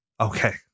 Okay